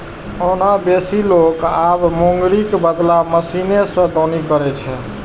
ओना बेसी लोक आब मूंगरीक बदला मशीने सं दौनी करै छै